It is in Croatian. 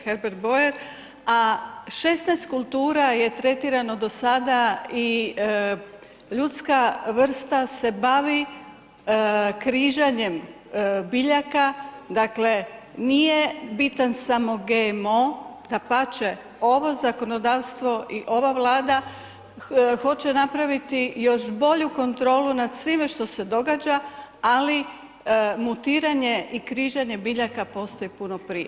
Herbert Boyer a 16 kultura je tretirano do sada i ljudska vrsta se bavi križanjem biljaka, dakle nije bitan smo GMO, dapače ovo zakonodavstvo i ova Vlada hoće napraviti još bolju kontrolu nad svime što se događa, ali mutiranje i križanje biljaka postoji puno prije.